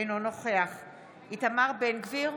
אינו נוכח דוד ביטן, אינו נוכח איתמר בן גביר,